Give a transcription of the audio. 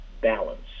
balance